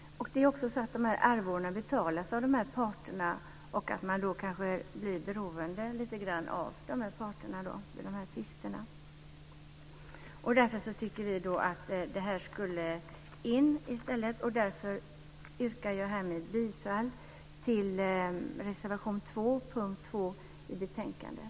Det är också så att arvodena betalas av parterna, vilket gör att man kanske blir lite grann beroende av parterna vid tvisterna. Vi tycker därför att detta borde tas med. Därför yrkar jag härmed bifall till reservation 2, punkt 2 i betänkandet.